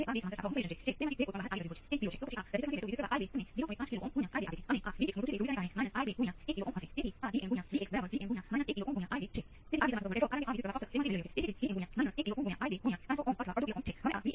તેથી પ્રારંભિક સ્તિથિઓની સંખ્યા વિકલન સમીકરણનો ક્રમ હોવો જોઈએ